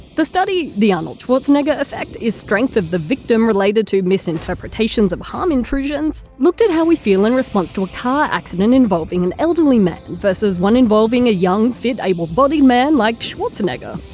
the study the arnold schwarzenegger effect is strength of the victim related to misinterpretations of harm intrusions? looked at how we feel in response to a car accident involving an elderly man versus one involving a young, fit, able-bodied man, like arnold schwarzenegger.